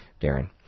Darren